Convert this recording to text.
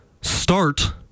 start